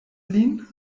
lin